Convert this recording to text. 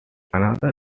another